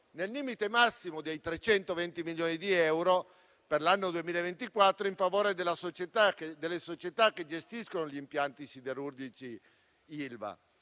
nel limite massimo dei 320 milioni di euro per l'anno 2024, in favore delle società che gestiscono gli impianti siderurgici Ilva,